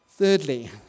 Thirdly